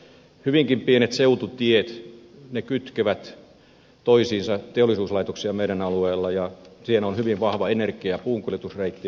hyvinkin pienet seututiet kytkevät toisiinsa teollisuuslaitoksia meidän alueellamme ja siihen on hyvin vahva energiapuun kuljetusreitti